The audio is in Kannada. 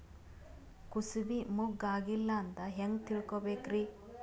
ಕೂಸಬಿ ಮುಗ್ಗ ಆಗಿಲ್ಲಾ ಅಂತ ಹೆಂಗ್ ತಿಳಕೋಬೇಕ್ರಿ?